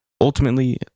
Ultimately